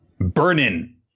Burnin